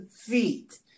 feet